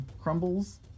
crumbles